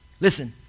Listen